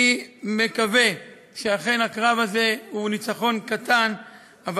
אני מקווה שאכן הקרב הזה הוא ניצחון קטן אבל